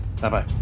Bye-bye